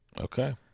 Okay